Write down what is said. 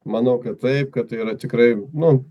manau kad taip kad tai yra tikrai nu